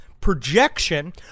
projection